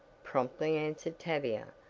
promptly answered tavia,